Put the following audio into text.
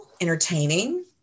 entertaining